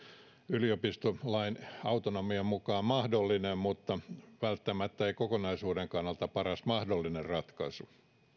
yliopistolain autonomian mukaan mahdollinen mutta välttämättä ei kokonaisuuden kannalta paras mahdollinen ratkaisu